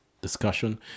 discussion